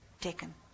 taken